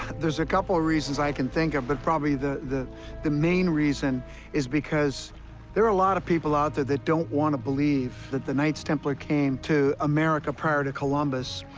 there's a couple of reasons i can think of, but probably the the main reason is because there are a lot of people out there that don't want to believe that the knights templar came to america prior to columbus.